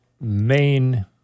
main